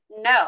No